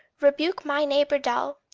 rebuke my neighbour dull,